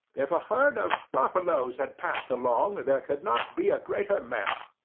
if a herd of buffaloes had passed along there could not be a greater mess.